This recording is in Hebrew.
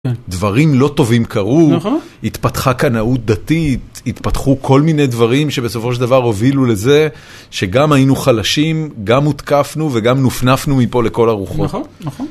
דברים לא טובים קרו, התפתחה קנאות דתית, התפתחו כל מיני דברים שבסופו של דבר הובילו לזה שגם היינו חלשים, גם הותקפנו וגם נופנפנו מפה לכל הרוחות.